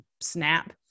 snap